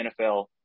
NFL